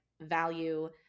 value